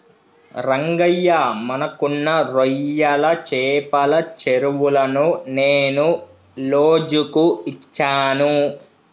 రంగయ్య మనకున్న రొయ్యల చెపల చెరువులను నేను లోజుకు ఇచ్చాను